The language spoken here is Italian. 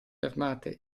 armate